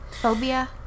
Phobia